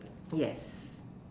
yes